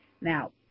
Now